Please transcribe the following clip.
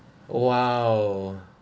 !wow!